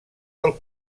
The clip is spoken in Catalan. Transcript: del